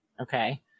Okay